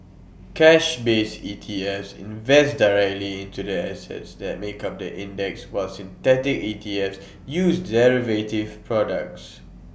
cash based ETFs invest directly into the assets that make up the index while synthetic ETFs use derivative products